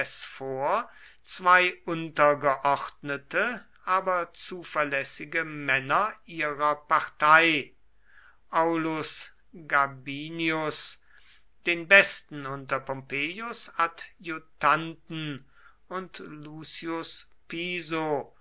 vor zwei untergeordnete aber zuverlässige männer ihrer partei aulus gabinius den besten unter pompeius adjutanten und lucius piso